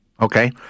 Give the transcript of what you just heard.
Okay